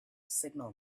signal